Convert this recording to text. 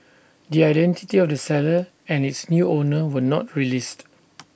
the identity of the seller and its new owner were not released